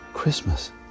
Christmas